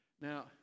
Now